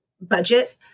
budget